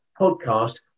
podcast